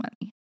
money